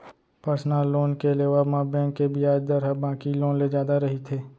personal loan के लेवब म बेंक के बियाज दर ह बाकी लोन ले जादा रहिथे